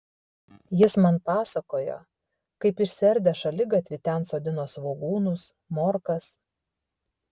jis man pasakojo kaip išsiardę šaligatvį ten sodino svogūnus morkas